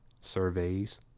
surveys